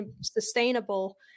sustainable